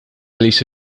lista